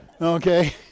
Okay